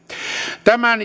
tämän